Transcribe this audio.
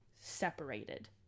separated